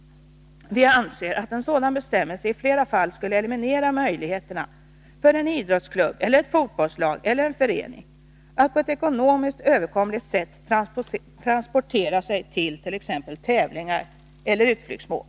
Vi anser att en sådan bestämmelse i flera fall skulle eliminera möjligheterna för en idrottsklubb, ett fotbollslag eller en förening att på ett ekonomiskt överkomligt sätt transportera sig till exempelvis tävlingar eller utflyktsmål.